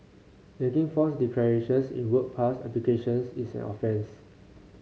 making false declarations in work pass applications is an offence